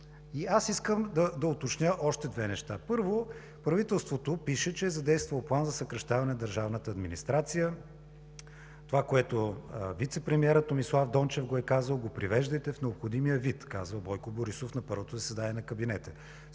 Искам да уточня още две неща. Първо, правителството пише, че е задействало План за съкращаване на държавната администрация. „Това, което е казал вицепремиера Томислав Дончев, го привеждайте в необходимия вид“, казва Бойко Борисов на първото заседание на кабинета.